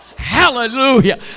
Hallelujah